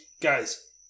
Guys